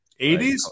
80s